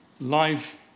Life